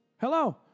Hello